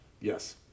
Yes